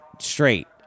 straight